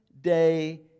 day